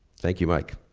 thank you mike.